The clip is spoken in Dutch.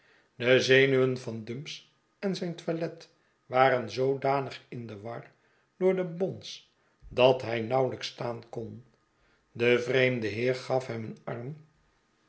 de zenuwen van dumps en zijn toilet waren zoodanig in de war door den bons dat hij nauwelyks staan kon de vreemde heer gaf hem een